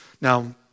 Now